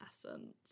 essence